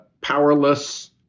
powerless